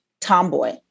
tomboy